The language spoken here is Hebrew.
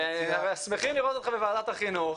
אנחנו שמחים לראות אותך בוועדת החינוך.